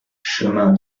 chemin